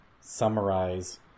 summarize